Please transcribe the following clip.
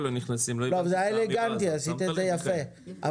עשית את זה יפה,